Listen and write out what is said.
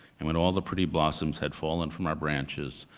and when all the pretty blossoms had fallen from our branches,